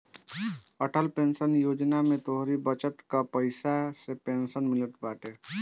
Atal pension योजना में तोहरी बचत कअ पईसा से पेंशन मिलत बाटे